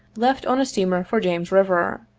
left on a steamer for james river,